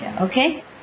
Okay